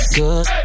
good